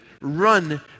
Run